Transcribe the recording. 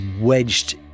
wedged